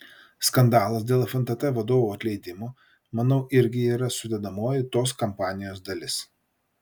skandalas dėl fntt vadovų atleidimo manau irgi yra sudedamoji tos kampanijos dalis